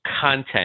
content